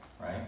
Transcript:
right